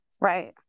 Right